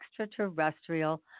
extraterrestrial